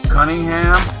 Cunningham